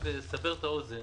כדי לסבר את האוזן